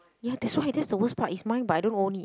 ya that's why that's the worst part it's mine but I don't own it